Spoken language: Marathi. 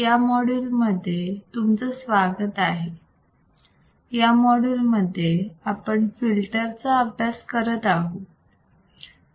या मॉड्यूल मध्ये तुमचे स्वागत आहे या मॉड्यूलमध्ये आपण फिल्टर चा अभ्यास करत आहोत